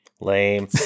Lame